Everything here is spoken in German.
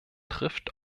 trifft